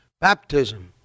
Baptism